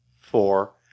four